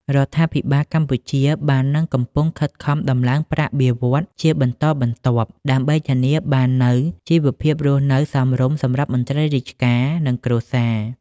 រដ្ឋាភិបាលកម្ពុជាបាននឹងកំពុងខិតខំដំឡើងប្រាក់បៀវត្សរ៍ជាបន្តបន្ទាប់ ដើម្បីធានាបាននូវជីវភាពរស់នៅសមរម្យសម្រាប់មន្ត្រីរាជការ និងគ្រួសារ។